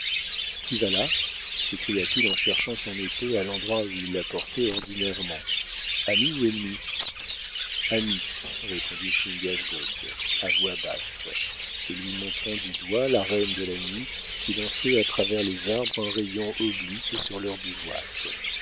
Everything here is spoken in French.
qui va là s'écria-t-il en cherchant son épée à l'endroit où il la portait ordinairement ami ou ennemi ami répondit chingachgook à voix basse et lui montrant du doigt la reine de la nuit qui lançait à travers les arbres un rayon oblique sur leur bivouac